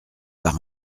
par